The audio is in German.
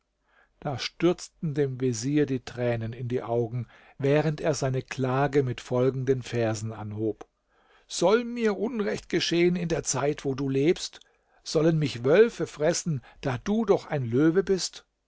da stürzten dem vezier die tränen in die augen während er seine klage mit folgenden versen anhob soll mir unrecht geschehen in der zeit wo du lebst sollen mich wölfe fressen da du doch ein löwe bist